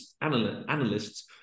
analysts